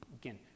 again